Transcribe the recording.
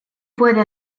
puede